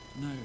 No